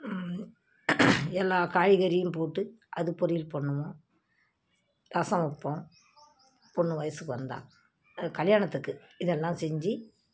எல்லா காய்கறியும் போட்டு அது பொரியல் பண்ணுவோம் ரசம் வைப்போம் பொண்ணு வயசுக்கு வந்தால் கல்யாணத்துக்கு இதெல்லாம் செஞ்சு